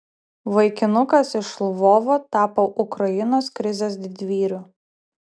vaikinukas iš lvovo tapo ukrainos krizės didvyriu